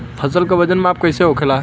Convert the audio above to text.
फसल का वजन माप कैसे होखेला?